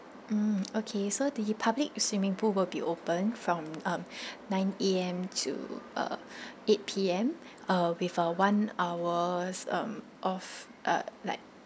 mm okay so the public swimming pool will be open from um nine A_M to uh eight P_M uh with uh one hours um off uh like